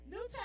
New